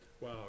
Wow